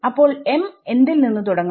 അപ്പോൾ m എന്തിൽ നിന്ന് തുടങ്ങണം